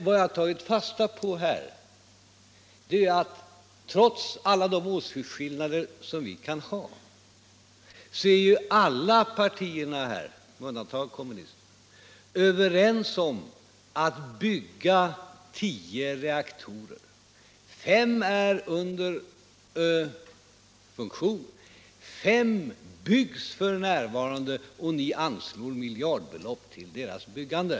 Vad jag har tagit fasta på här är att trots alla de åsiktsskillnader som vi kan ha är ju ändå alla partier — med undantag av kommunisterna —- överens om att bygga tio reaktorer. Fem reaktorer är i funktion och fem byggs f.n., och ni anslår miljardbelopp till deras byggande.